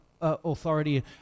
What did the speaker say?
authority